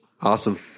Awesome